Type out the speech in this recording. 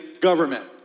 government